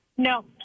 No